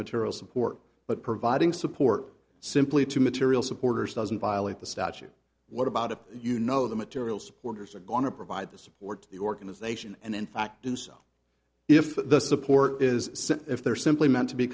material support but providing support simply to material supporters doesn't violate the statute what about if you know the material supporters are going to provide the support to the organization and in fact do so if the support is sent if they're simply meant to be